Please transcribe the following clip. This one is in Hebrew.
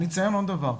אציין עוד דבר,